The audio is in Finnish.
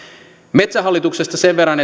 metsähallituksesta sen verran